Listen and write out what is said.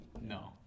No